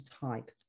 type